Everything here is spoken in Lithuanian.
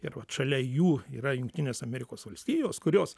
ir vat šalia jų yra jungtinės amerikos valstijos kurios